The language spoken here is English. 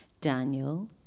Daniel